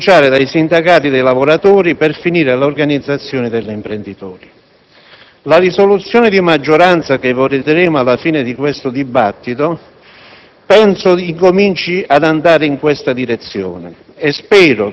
patto con le forze fondamentali del Paese, a partire dai sindacati dei lavoratori fino alle organizzazioni degli imprenditori. La risoluzione della maggioranza che voteremo alla fine di questo dibattito